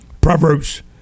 Proverbs